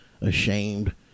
ashamed